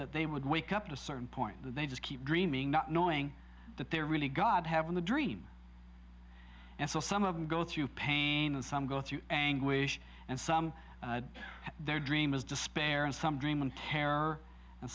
that they would wake up to a certain point that they just keep dreaming not knowing that they're really god having the dream and so some of them go through pain and some go through anguish and some of their dreams despair and some dream and terror and